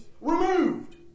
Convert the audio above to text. removed